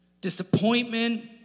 disappointment